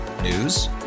News